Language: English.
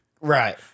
Right